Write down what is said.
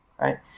right